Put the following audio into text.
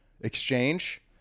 exchange